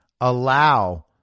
allow